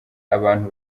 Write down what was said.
abana